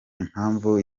impamvu